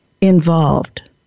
involved